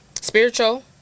Spiritual